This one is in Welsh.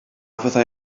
fyddai